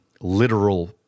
literal